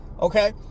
okay